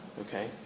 okay